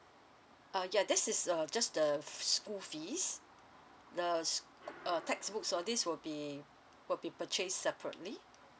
uh ya this is uh just the school fees the s~ a textbook so this would be would be purchased separately